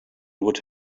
would